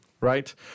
right